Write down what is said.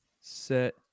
set